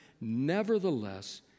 nevertheless